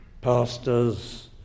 pastors